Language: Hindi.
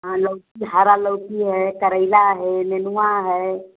हाँ लैकी हरा लैकी है करेला है नेनुआ है